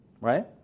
right